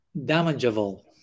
damageable